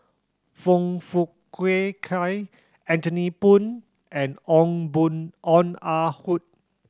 Foong Fook Kay Anthony Poon and Ong Born Ong Ah Hoi